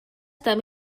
també